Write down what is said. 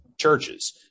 churches